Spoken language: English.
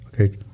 okay